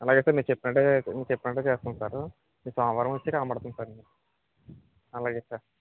అలాగే సార్ మీరు చెప్పినట్టే మీరు చెప్పినట్టే చేస్తాను సారు మీకు సోమవారం వచ్చి కనపడతాను సార్ నేను అలాగే సార్